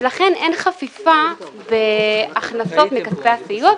ולכן אין חפיפה בהכנסות מכספי הסיוע,